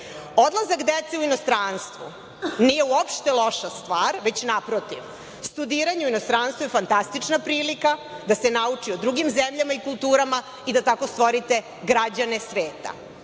praksi. Odlazak dece u inostranstvo nije uopšte loša stvar, već naprotiv. Studiranje u inostranstvu je fantastična prilika da se nauči o drugim zemljama i kulturama i da tako stvorite građane sveta.